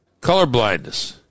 colorblindness